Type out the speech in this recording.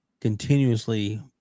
continuously